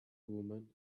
women